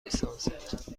لیسانست